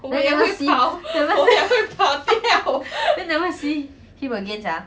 then never see never see him again sia